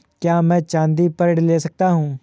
क्या मैं चाँदी पर ऋण ले सकता हूँ?